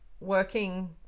working